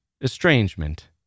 estrangement